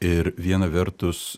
ir viena vertus